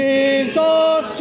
Jesus